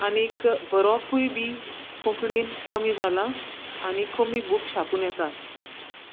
आनीक बरोवपूय बी कोंकणीन कमी जाला आनी कमी बुक छापून येतात